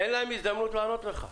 תן להם הזדמנות לענות לך.